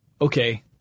okay